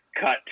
cut